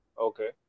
Okay